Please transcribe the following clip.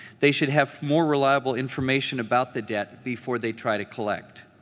they should have more reliable information about the debt before they try to collect.